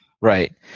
right